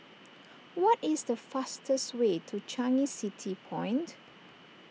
what is the fastest way to Changi City Point